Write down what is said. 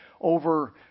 over